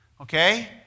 Okay